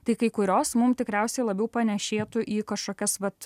tai kai kurios mum tikriausiai labiau panešėtų į kažkokias vat